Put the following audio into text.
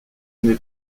n’ai